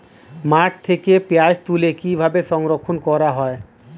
মাঠ থেকে পেঁয়াজ তুলে কিভাবে সংরক্ষণ করা হয়?